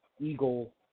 eagle